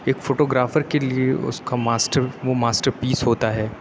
ایک photographer كے لیے اُس كا ماسٹر وہ ماسٹر پیس ہوتا ہے